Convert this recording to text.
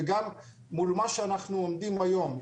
וגם מול מה שאנחנו עומדים היום,